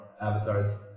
avatars